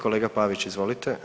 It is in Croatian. Kolega Pavić, izvolite.